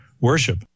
worship